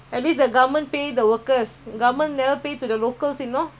cover their C_P cover their